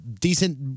Decent